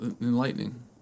enlightening